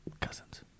Cousins